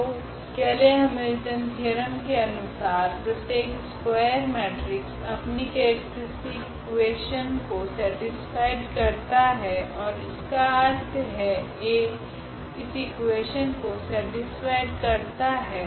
तो Cayley Hamilton theorem के अनुसार प्रत्येक स्कूआयर मेट्रिक्स अपनी केरेक्ट्रीस्टिक इकुवेशन को सेटीस्फाइड करता है ओर इसका अर्थ है A इस इकुवेशन को सेटीस्फाइ करता है